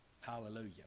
Hallelujah